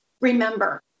remember